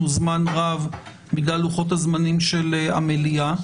זמן רב בגלל לוחות-הזמנים של המליאה.